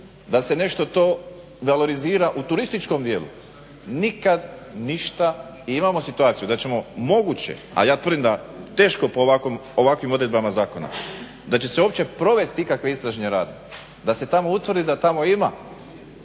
da se nešto to valorizira u turističkom dijelu. Nikad ništa i imamo situaciju da ćemo moguće, a ja tvrdim da teško po ovakvim odredbama zakona da će se uopće provesti ikakve istražne radnje da se tamo utvrdi da tamo ima